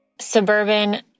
suburban